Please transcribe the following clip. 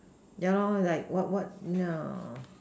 yeah like what what yeah